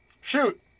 Shoot